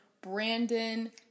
Brandon